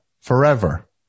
forever